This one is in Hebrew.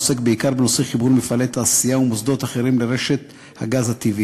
עוסק בעיקר בנושא חיבור מפעלי תעשייה ומוסדות אחרים לרשת הגז הטבעי.